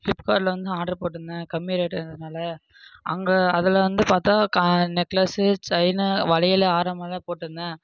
ஃப்ளிப்கார்ட்டில் வந்து ஆர்டர் போட்டிருந்தேன் கம்மி ரேட்டு இருந்ததினால அங்கே அதில் வந்து பார்த்தா நெக்லஸு செயினு வளையல் ஆரம் எல்லாம் போட்டிருந்தேன்